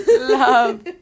Love